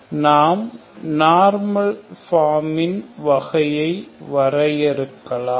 நாம் நார்மல் ஃபாமின் வகையை வரையறுக்கலாம்